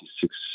six